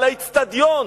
על האיצטדיון